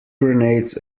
grenades